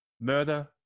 murder